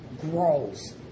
grows